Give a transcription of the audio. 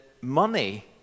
money